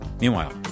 Meanwhile